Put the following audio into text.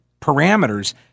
parameters